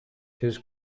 his